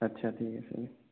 আচ্ছা ঠিক আছে